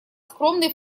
скромный